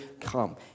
Come